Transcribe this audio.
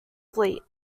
fleet